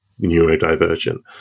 neurodivergent